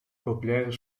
populaire